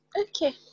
okay